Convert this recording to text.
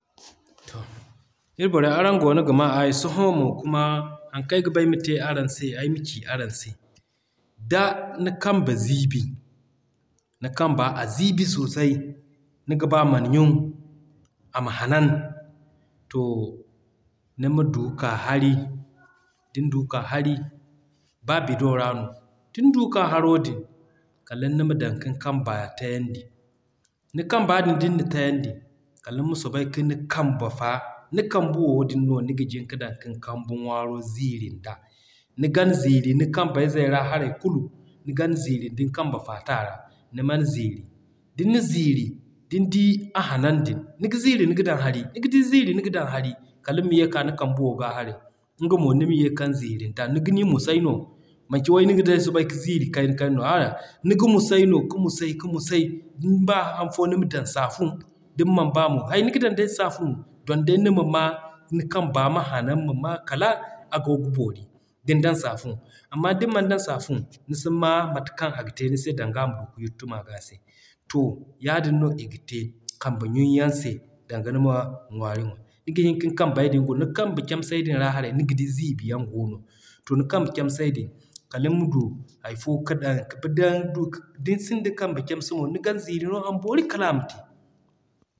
To ir borey araŋ goono ga maa aayi. Sohõ mo kuma, haŋ kaŋ ay ga ba ay ma te araŋ se, ay ma ci araŋ se. Da ni kambe ziibi, ni kamba a ziibi sosai, niga b'a man ɲun ama hanan, to nima du k'a hari. Din du k'a hari ba bido ra no. Din du k'a haro din, kala nima dan kin kamba tayandi. Ni kamba din, din na tayandi, kala nima soobay kin kamba fa ni Kambu wo din no niga jin ka dan kin Kambu ŋwaaro ziiri nda. Ni gan ziiri ni kambey zey ra haray kulu, ni gan ziiri din kambe faata r'a niman ziiri. Din na ziiri, din di a hanan din, niga ziiri niga dan hari niga ziiri niga dan hari, kaliŋ ma ye k'a ni Kambu wo g'a harey. Nga mo nima ye kan ziiri nda. Niga ni musay no. Manci way niga day soobay ka ziiri kayna kayna no, a'a niga musay no ka musay ka musay din b'a han fo nima dan Saafun, din man b'a mo hay niga dan day Saafun don day nima ma ni kamba ma hanan ma maa kala a goo ga boori din dan Saafun. Amma din man dan Saafun, ni si maa mate kaŋ aga te ni se danga ama du ka yuttu m'a g'a se. To yaadin no iga te Kambe ɲun yaŋ se danga nima ŋwaari ŋwa. Niga hin kiŋ kambay din guna ni kambe camsey din ra haray niga di ziibi yaŋ goono. To ni kambe camsey din, kaliŋ ma du hay fo ka dan ka dan du. Din sinda Kambe camse mo, nigan ziiri no ama boori kala ama te.